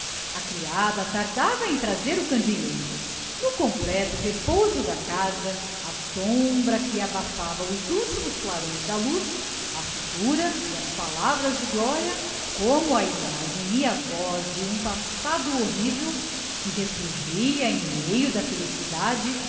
a criada tardava em trazer o candieiro no completo repouso da casa á sombra que abafava os últimos clarões da luz a figura e as palavras de gloria como a imagem e a voz de um passado horrível que resurgia em meio da felicidade